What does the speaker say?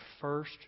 first